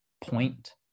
point